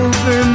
Over